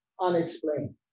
unexplained